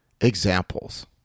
examples